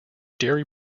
dairy